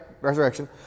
resurrection